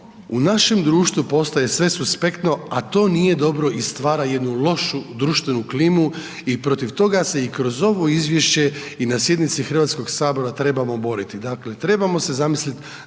u našem društvu postaje sve suspektno, a to nije dobro i stvara jednu lošu društvenu klimu i protiv toga se i kroz ovo izvješće i na sjednice Hrvatskog sabora trebamo boriti.